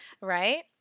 Right